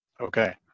Okay